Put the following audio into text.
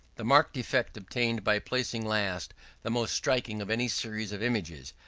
the marked effect obtained by placing last the most striking of any series of images,